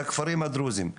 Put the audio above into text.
לכפרים הדרוזים,